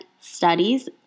studies